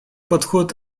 подход